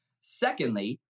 secondly